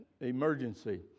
emergency